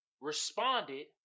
responded